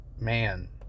man